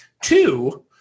Two